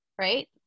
right